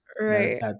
Right